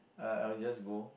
uh I will just go